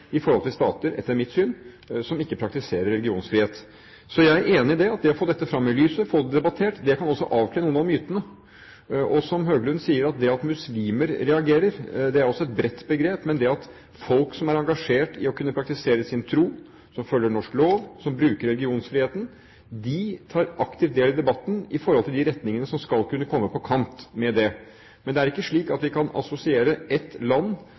i forhold til stater som ikke praktiserer religionsfrihet. Så jeg er enig i at å få dette fram i lyset, få det debattert, også kan avkle noen av mytene. Som Høglund sier: Det at muslimer reagerer, er også et bredt begrep. Men folk som er engasjert i å kunne praktisere sin tro, som følger norsk lov, og som bruker religionsfriheten, de tar aktivt del i debatten om de retningene som kan komme på kant med det. Men det er ikke slik at vi kan assosiere ett land